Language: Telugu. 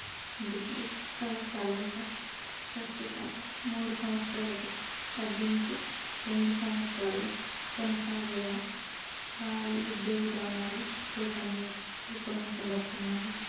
డిగ్రీ కళాశాలల్లో ప్రస్తుతం మూడు సంవత్సరాలకు తగ్గించి రెండు సంవత్సరాలు కొనసాగేలా భారీ విద్య విధానాలు రూపొందించి రూపొందించబడుతున్నాయి